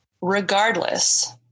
Regardless